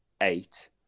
eight